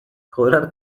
cobrar